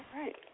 right